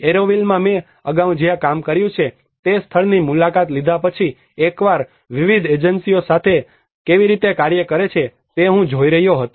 એરોવિલમાં મેં અગાઉ જ્યાં કામ કર્યું તે સ્થળની મુલાકાત લીધા પછી એકવાર વિવિધ એજન્સીઓ કેવી રીતે કાર્ય કરે છે તે હું જોઈ રહ્યો હતો